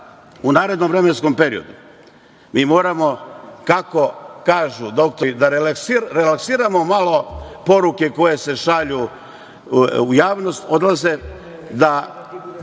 narednom vremenskom periodu mi moramo, kako kažu doktori, da relaksiramo malo poruke koje se šalju u javnost,